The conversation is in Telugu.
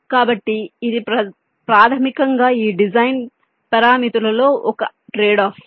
కాబట్టి ఇది ప్రాథమికంగా ఈ డిజైన్ పారామితులలో ఒక ట్రేడ్ఆఫ్